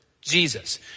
Jesus